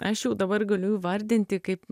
aš jau dabar galiu įvardinti kaip